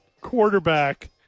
quarterback